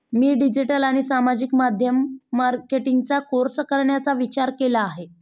मी digital आणि सामाजिक माध्यम मार्केटिंगचा कोर्स करण्याचा विचार केला आहे